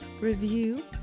review